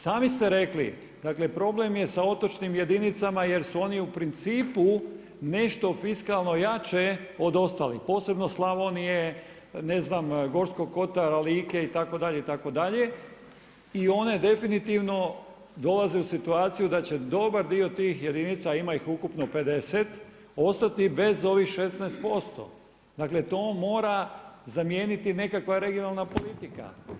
Sami ste rekli problem je sa otočnim jedinicama jer su oni u principu nešto fiskalno jače od ostalih, posebno Slavonije, Gorskog kotara, Like itd., itd. i one definitivno dolaze u situaciju da će dobar dio tih jedinica, a ima ih ukupno 50 ostati bez ovih 16%, dakle to mora zamijeniti nekakva regionalna politika.